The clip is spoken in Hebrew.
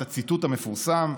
את הציטוט המפורסם: